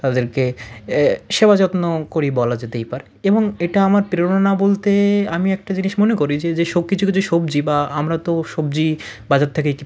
তাদেরকে সেবা যত্ন করি বলা যেতেই পারে এবং এটা আমার প্রেরণা বলতে আমি একটা জিনিস মনে করি যে যে সব কিছু কিছু সবজি বা আমরা তো সবজি বাজার থেকেই